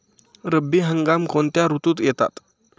रब्बी हंगाम कोणत्या ऋतूत येतात?